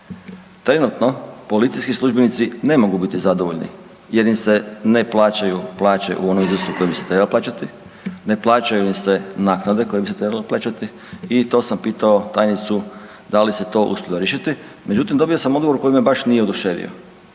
Trenutno policijski službenici ne mogu biti zadovoljni jer im se ne plaćaju plaće u onom iznosu u kojem bi se trebali plaćati, ne plaćaju im se naknade koje bi se trebale plaćati i to sam pitao tajnicu da li se to uspjelo riješiti međutim dobio sam odgovor koji me baš nije oduševio.